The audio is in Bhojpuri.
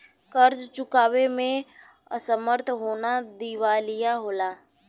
कर्ज़ चुकावे में असमर्थ होना दिवालिया होला